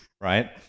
right